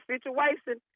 Situation